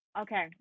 Okay